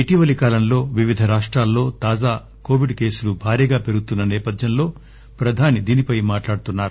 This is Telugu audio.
ఇటీవలి కాలంలో వివిధ రాష్టాలలో తాజా కోవిడ్ కేసులు భారీగా పెరుగుతున్న నేపథ్యంలో ప్రధాని దీనిపై మాట్లాడుతారు